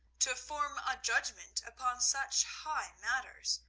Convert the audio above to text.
to form a judgment upon such high matters?